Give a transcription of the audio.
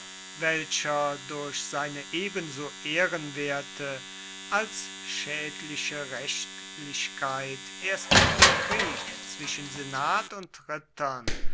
welcher durch seine ebenso ehrenwerte als schädliche rechtlichkeit erst den krieg zwischen senat und rittern